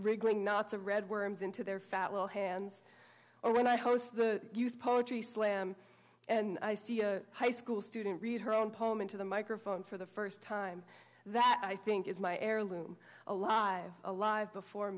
knots of red worms into their fat little hands or when i host the youth poetry slam and i see a high school student read her own poem into the microphone for the first time that i think is my heirloom alive alive before